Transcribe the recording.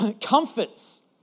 Comforts